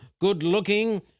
good-looking